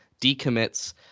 decommits